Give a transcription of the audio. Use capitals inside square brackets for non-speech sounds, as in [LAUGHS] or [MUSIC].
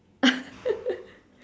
[LAUGHS]